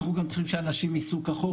אנחנו גם צריכים שאנשים יסעו כחוק,